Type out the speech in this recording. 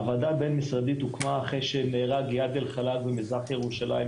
הוועדה הבין-משרדית הוקמה אחרי שנהרג איאד אל-חלאק במזרח ירושלים,